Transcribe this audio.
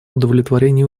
удовлетворение